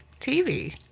TV